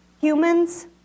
humans